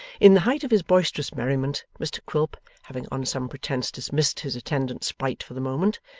in the height of his boisterous merriment, mr quilp, having on some pretence dismissed his attendant sprite for the moment,